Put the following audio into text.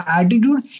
attitude